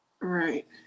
Right